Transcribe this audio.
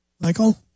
Michael